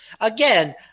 Again